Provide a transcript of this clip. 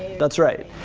that's right,